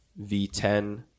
V10